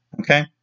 Okay